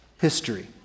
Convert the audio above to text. history